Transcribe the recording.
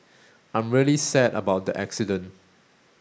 I'm really sad about the accident